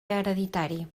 hereditari